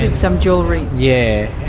and some jewellery? yeah